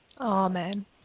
Amen